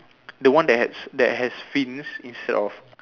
the one that has that has fins instead of